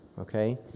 okay